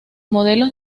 modelos